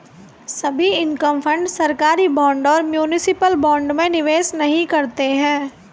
सभी income fund सरकारी bond और म्यूनिसिपल बॉन्ड में निवेश नहीं करते हैं